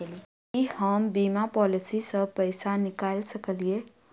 की हम बीमा पॉलिसी सऽ पैसा निकाल सकलिये?